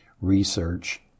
research